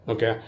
Okay